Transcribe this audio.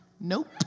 nope